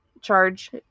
charge